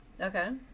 Okay